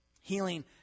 Healing